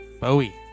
Bowie